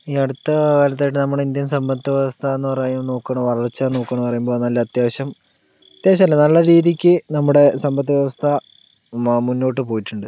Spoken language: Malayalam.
ഈ അടുത്ത കാലത്തായിട്ട് നമ്മുടെ ഇന്ത്യൻ സമ്പത്ത് വ്യവസ്ഥ എന്ന് പറയുന്ന നോക്കണ വളർച്ച നോക്കണെന്ന് പറയുമ്പോൾ നല്ല അത്യാവശ്യം അത്യാവശ്യല്ലാ നല്ല രീതിക്ക് നമ്മടെ സമ്പത്ത് വ്യവസ്ഥ മാ മുന്നോട്ട് പോയിട്ടുണ്ട്